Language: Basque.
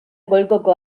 golkoko